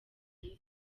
myiza